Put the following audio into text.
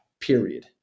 period